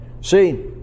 See